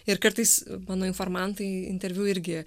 ir kartais mano informantai interviu irgi